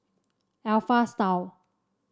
Alpha Style